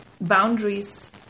boundaries